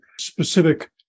specific